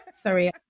Sorry